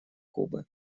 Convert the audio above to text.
кубы